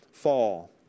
fall